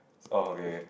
oh okay okay